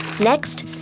Next